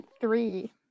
three